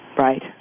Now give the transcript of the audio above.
Right